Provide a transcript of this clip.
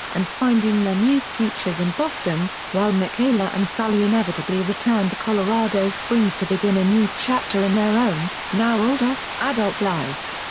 and finding their new futures in boston, while michaela and sully inevitably return to colorado springs to begin a new chapter in their own, now older, adult lives.